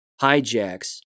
hijacks